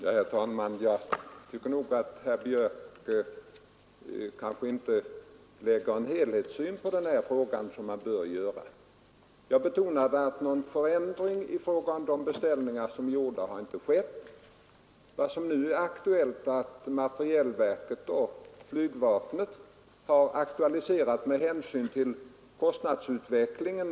Herr talman! Jag tycker inte att herr Björck i Nässjö har en sådan helhetssyn på denna fråga som man bör ha. Jag betonade att någon förändring i fråga om gjorda beställningar inte har skett. Vad som nu har skett är att materielverket och flygvapnet har aktualiserat eventuella ytterligare beställningar.